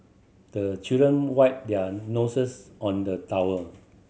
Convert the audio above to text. the children wipe their noses on the towel